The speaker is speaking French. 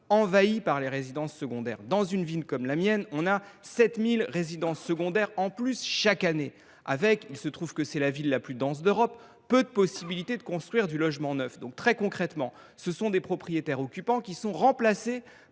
envahis par les résidences secondaires. Dans une ville comme la mienne, on compte 7 000 résidences secondaires supplémentaires chaque année, et – il se trouve que c’est la ville la plus dense d’Europe – les possibilités d’y construire du logement neuf sont rares. Concrètement, les propriétaires occupants sont remplacés